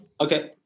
Okay